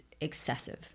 excessive